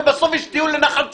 ובסוף יש טיול לנחל צפית.